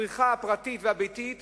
הצריכה הפרטית והביתית